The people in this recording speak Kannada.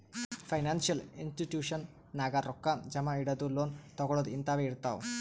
ಫೈನಾನ್ಸಿಯಲ್ ಇನ್ಸ್ಟಿಟ್ಯೂಷನ್ ನಾಗ್ ರೊಕ್ಕಾ ಜಮಾ ಇಡದು, ಲೋನ್ ತಗೋಳದ್ ಹಿಂತಾವೆ ಇರ್ತಾವ್